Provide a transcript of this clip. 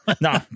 No